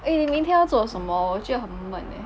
eh 你明天要做什么我觉得很闷 eh